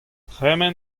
tremen